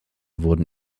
wurden